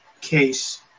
case